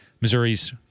Missouri's